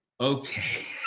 okay